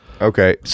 Okay